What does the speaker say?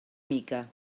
mica